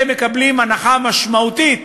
אלה מקבלים הנחה משמעותית